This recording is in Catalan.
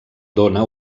dóna